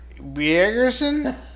Biegerson